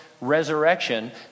resurrection